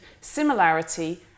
similarity